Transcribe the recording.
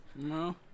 No